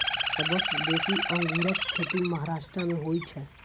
सबसं बेसी अंगूरक खेती महाराष्ट्र मे होइ छै